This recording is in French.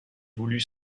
voulu